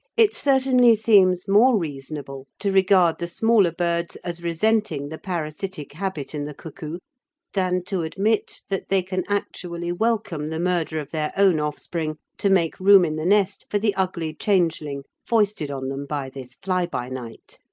it certainly seems more reasonable to regard the smaller birds as resenting the parasitic habit in the cuckoo than to admit that they can actually welcome the murder of their own offspring to make room in the nest for the ugly changeling foisted on them by this fly-by-night.